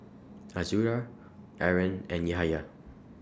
Azura Aaron and Yahaya